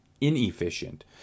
inefficient